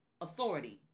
authority